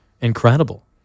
incredible